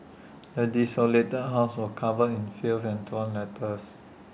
the desolated house was covered in filth and torn letters